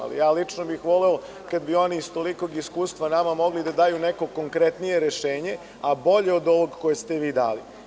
Ali, lično bih voleo kad bi oni iz tolikog iskustva nama mogli da daju neko konkretnije rešenje, bolje od ovog koje ste vi dali.